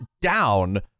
down